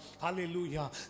hallelujah